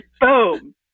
boom